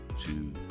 two